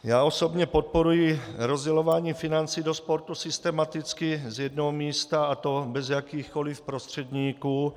Já osobně podporuji rozdělování financí do sportu systematicky z jednoho místa, a to bez jakýchkoliv prostředníků.